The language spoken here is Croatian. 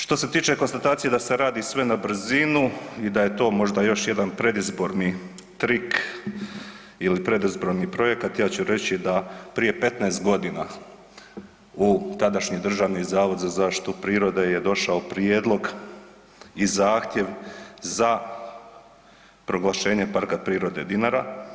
Što se tiče konstatacije da se radi sve na brzinu i da je to možda još jedan predizborni trik ili predizborni projekat, ja ću reći da prije 15 godina u tadašnji Državni zavod za zaštitu prirode je došao prijedlog i zahtjev za proglašenje Parka prirode Dinara.